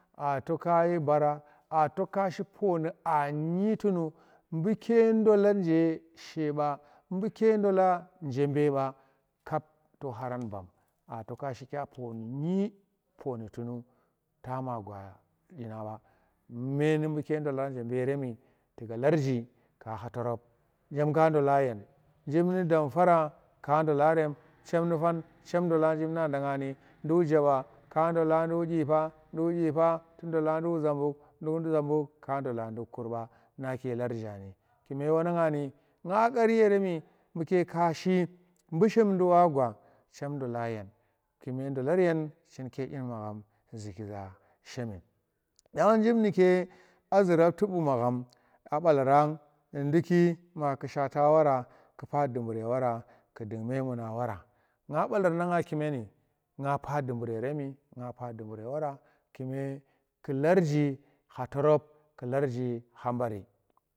aa toka yi bara a toka shi pooni anyi tunu buke ndola nje sho ba buke ndola, nje be ba kap to kharan bam a toka shi kya dyi pooni tunu tama gwa dyina ba bmenu buke ndola nje be remi tuga larji ka kha torop dyem ka ndola yen ba jiv nu dam fara ka ndola chem nu fan chem ndola jiv na danga nduk jeba ka ndola nduk zambuk ndul zambuk ka ndola ndukk kurba nake larjani kume wananga ni nga kar yeremi buke ka shi bushimdi wa gwa kume bdolar yen chinke dyi nu magham zuki za shemi yang jiv nuke a zu rafti bu magham a balara ye ndukku ma ku shata wara ku pa dubur ye wara ku dund memuna wara nga balar nanga kumeni nga pa dubur yeremi nga pa dubur ye wara kume ku larji kha torop ku larji kha bari.